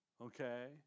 Okay